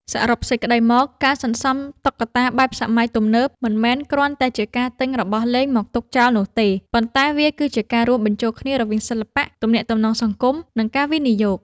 សរុបសេចក្ដីមក ការសន្សំតុក្កតាបែបសម័យទំនើបមិនមែនគ្រាន់តែជាការទិញរបស់លេងមកទុកចោលនោះទេ ប៉ុន្តែវាគឺជាការរួមបញ្ចូលគ្នារវាង សិល្បៈ ទំនាក់ទំនងសង្គម និងការវិនិយោគ។